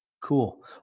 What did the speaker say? Cool